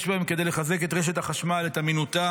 יש בהם כדי לחזק את רשת החשמל, את אמינותה,